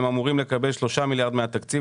הם אמורים לקבל שלושה מיליארד מהתקציב,